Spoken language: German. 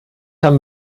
haben